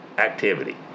Activity